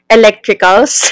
electricals